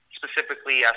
specifically